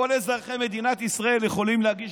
כל אזרחי מדינת ישראל יכולים להגיש